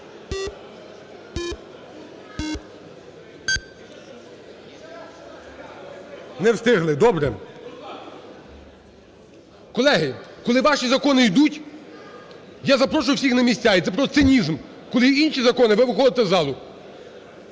Не встигли. Добре. Колеги, коли ваші закони йдуть, я запрошую всіх на місця і це просто цинізм, коли інші закони, ви виходите з залу.